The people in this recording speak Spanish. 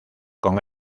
con